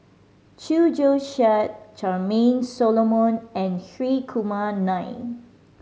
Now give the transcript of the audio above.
Chew Joo Chiat Charmaine Solomon and Hri Kumar Nair